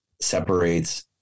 separates